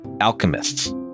alchemists